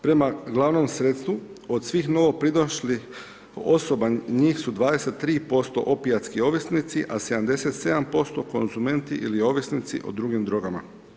Prema glavnom sredstvu od svih novopridošlih osoba njih su 23% opijatski ovisnici a 77% konzumenti ili ovisnici o drugim drogama.